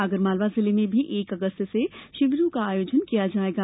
आगरमालवा जिले में भी एक अगस्त से शिविरों का आयोजन किया जायेगा